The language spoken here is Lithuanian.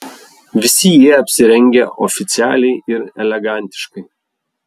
visi jie apsirengę oficialiai ir elegantiškai